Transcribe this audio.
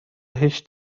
هیچ